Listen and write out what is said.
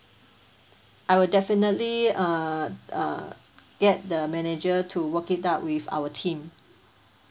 I will definitely err uh get the manager to work it out with our team